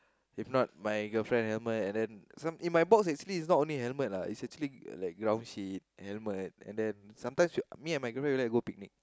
if not my girlfriend helmet and then in my box basically is not only helmet lah is actually the ground sheet helmet sometimes me and my girlfriend would like to go picnic